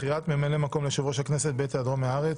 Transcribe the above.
בחירת ממלא מקום ליושב ראש הכנסת בעת היעדרו מן הארץ.